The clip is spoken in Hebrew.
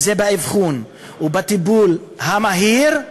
אם זה באבחון ובטיפול המהיר,